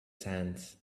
sands